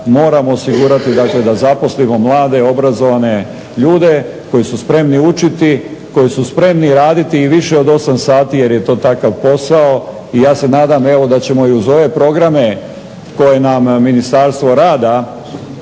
moramo osigurati da zaposlimo mlade, obrazovane ljude koji su spremni učiti koji su spremni raditi i više od 8 sati jer je to takav posao. I ja se nadam da ćemo evo i uz ove programe koje nam Ministarstvo rada